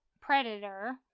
Predator